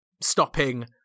stopping